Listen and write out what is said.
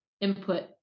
input